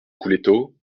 couleto